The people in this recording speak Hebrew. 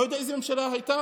אני לא יודע איזו ממשלה הייתה,